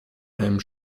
einem